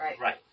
Right